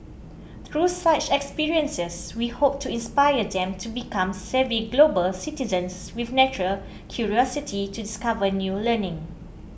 through such experiences we hope to inspire them to become savvy global citizens with natural curiosity to discover new learning